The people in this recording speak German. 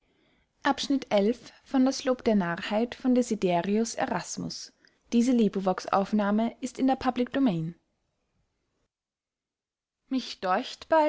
in der mine